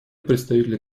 представителя